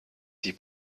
die